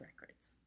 records